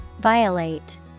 Violate